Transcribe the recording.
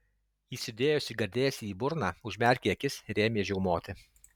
įsidėjusi gardėsį į burną užmerkė akis ir ėmė žiaumoti